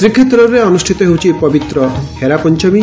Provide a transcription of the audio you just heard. ଶ୍ରୀକ୍ଷେତ୍ରରେ ଅନ୍ଷ୍ିତ ହେଉଛି ପବିତ୍ର ହେରା ପଞ୍ଚମୀ